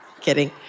Kidding